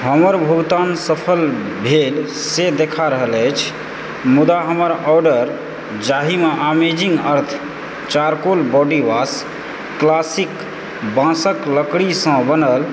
हमर भुगतान सफल भेल से देखा रहल अछि मुदा हमर ऑर्डर जाहिमे amazing earth charcoal body wash classic बाँसक लकड़ीसँ बनल